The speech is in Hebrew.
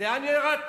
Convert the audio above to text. לאן ירדתם.